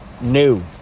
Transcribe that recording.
New